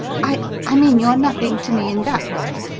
i i mean you are nothing to me in that way.